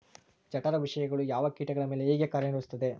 ಜಠರ ವಿಷಯಗಳು ಯಾವ ಕೇಟಗಳ ಮೇಲೆ ಹೇಗೆ ಕಾರ್ಯ ನಿರ್ವಹಿಸುತ್ತದೆ?